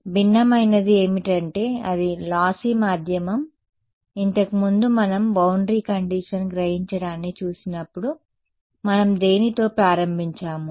కాబట్టి భిన్నమైనది ఏమిటంటే అది లాస్సి మాధ్యమం ఇంతకు ముందు మనం బౌండరీ కండిషన్ గ్రహించడాన్ని చూసినప్పుడు మనం దేనితో ప్రారంభించాము